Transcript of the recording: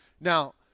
Now